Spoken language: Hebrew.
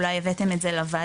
אולי הבאתם את זה לוועדה,